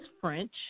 French